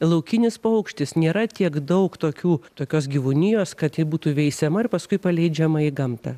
laukinis paukštis nėra tiek daug tokių tokios gyvūnijos kad ji būtų veisiama ir paskui paleidžiama į gamtą